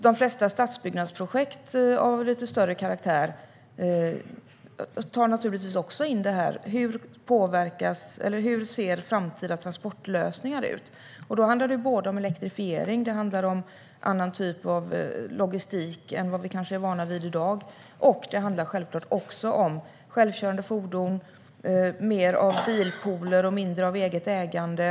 De flesta stadsbyggnadsprojekt av större karaktär tar naturligtvis också in hur framtida transportlösningar ser ut. Det handlar om både elektrifiering och annan typ av logistik än vi kanske är vana vid i dag. Och det handlar självklart också om självkörande fordon, fler bilpooler och mindre eget ägande.